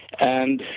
and,